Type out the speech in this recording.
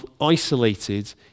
isolated